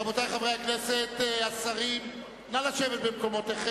רבותי חברי הכנסת, השרים, נא לשבת במקומותיכם.